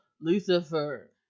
Lucifer